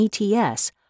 ETS